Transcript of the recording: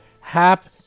Hap